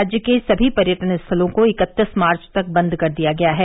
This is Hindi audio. राज्य के सभी पर्यटन स्थलों को इकत्तीस मार्च तक बंद कर दिया गया है